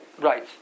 Right